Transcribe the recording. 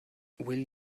will